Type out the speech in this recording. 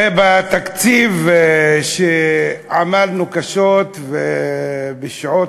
הרי התקציב שעמלנו עליו קשות ובשעות